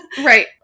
right